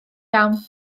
iawn